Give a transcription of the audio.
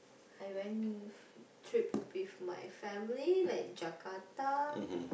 I went trip with my family like Jakarta